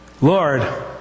Lord